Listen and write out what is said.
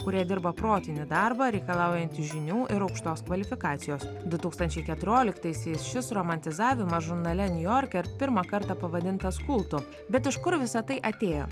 kurie dirba protinį darbą reikalaujantį žinių ir aukštos kvalifikacijos du tūkstančiai keturioliktaisiais šis romantizavimas žurnale niujorke pirmą kartą pavadintas kultu bet iš kur visa tai atėjo